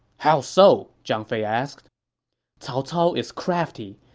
how so? zhang fei asked cao cao is crafty.